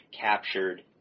captured